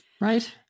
right